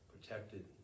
protected